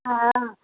हँ